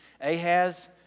Ahaz